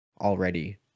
already